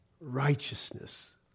righteousness